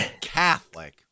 Catholic